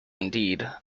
indeed